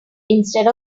instead